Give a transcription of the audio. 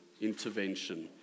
intervention